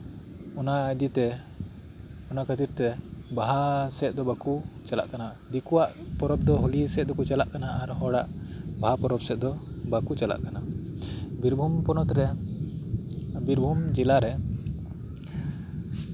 ᱚᱱᱟ ᱤᱫᱤᱛᱮ ᱚᱱᱟ ᱠᱷᱟᱹᱛᱤᱨ ᱛᱮ ᱵᱟᱦᱟ ᱥᱮᱫ ᱫᱚ ᱵᱟᱠᱚ ᱪᱟᱞᱟᱜ ᱠᱟᱱᱟ ᱫᱤᱠᱩᱣᱟᱜ ᱯᱚᱨᱚᱵᱽ ᱫᱚ ᱦᱚᱞᱤ ᱥᱮᱫ ᱫᱚᱠᱚ ᱪᱟᱞᱟᱜ ᱠᱟᱱᱟ ᱟᱨ ᱦᱚᱲᱟᱜ ᱵᱟᱦᱟ ᱯᱚᱨᱚᱵᱽ ᱥᱮᱫ ᱫᱚ ᱵᱟᱠᱚ ᱪᱟᱞᱟᱜ ᱠᱟᱱᱟ ᱵᱤᱨᱵᱷᱩᱢ ᱦᱚᱱᱚᱛ ᱨᱮ ᱵᱤᱨᱵᱷᱩᱢ ᱡᱮᱞᱟᱨᱮ